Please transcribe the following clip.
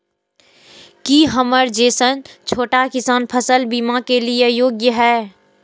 की हमर जैसन छोटा किसान फसल बीमा के लिये योग्य हय?